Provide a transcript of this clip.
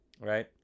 Right